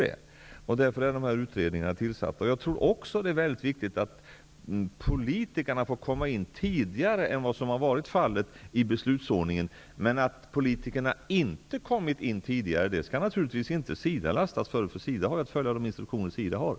Det är därför dessa utredningar har blivit tillsatta. Jag tycker också att det är viktigt att politikerna får komma in tidigare i beslutsordningen än vad som har varit fallet. Men SIDA skall naturligtvis inte lastas för att politikerna inte har kommit in tidigare. SIDA har att följa de instruktioner som finns.